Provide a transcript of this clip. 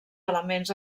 elements